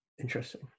Interesting